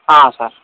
sir